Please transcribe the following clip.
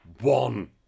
one